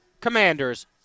Commanders